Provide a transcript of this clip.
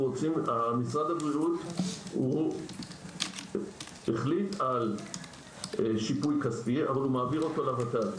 משרד הבריאות החליט על שיפוי כספי אבל הוא מעביר אותו לות"ת.